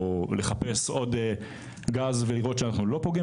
או לחפש עוד גז ולראות שאנחנו לא פוגעים